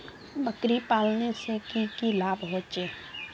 बकरी पालने से की की लाभ होचे?